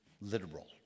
literal